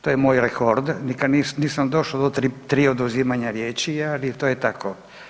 To je moj rekord, nikad nisam došao do tri oduzimanja riječi ali to je tako.